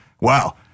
Wow